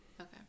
Okay